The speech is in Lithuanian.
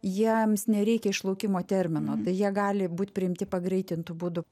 jiems nereikia išlaukimo termino tai jie gali būt priimti pagreitintu būdu